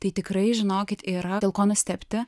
tai tikrai žinokit yra dėl ko nustebti